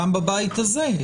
גם בבית הזה,